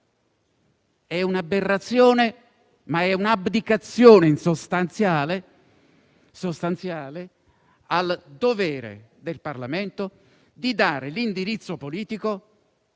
È un'aberrazione, è un'abdicazione sostanziale al dovere del Parlamento di dare l'indirizzo politico